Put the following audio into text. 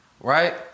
right